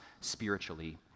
spiritually